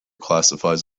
classifies